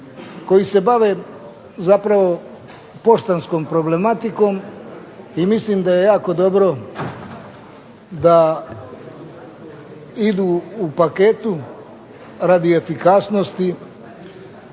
koji se bave zapravo poštanskom problematikom i mislim da je jako dobro da idu u paketu radi efikasnosti.